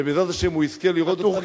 ובעזרת השם הוא יזכה לראות אותנו,